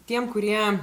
tiem kurie